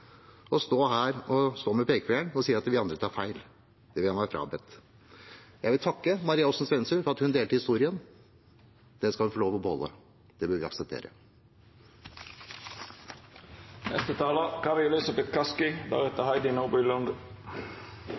med pekefingeren og sier at vi andre tar feil – det vil jeg ha meg frabedt. Jeg vil takke representanten Maria Aasen-Svensrud for at hun delte historien. Den skal hun få lov å beholde. Det bør vi